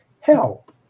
help